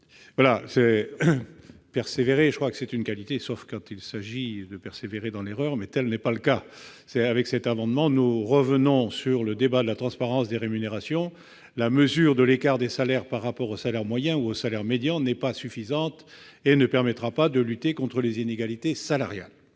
La persévérance est une qualité, sauf quand il s'agit de persévérer dans l'erreur, mais tel n'est pas le cas en l'occurrence. Avec cet amendement, nous revenons sur la question de la transparence des rémunérations. La mesure de l'écart des salaires par rapport au salaire moyen ou au salaire médian n'est pas suffisante et ne permettra pas de lutter contre les inégalités salariales.